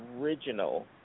original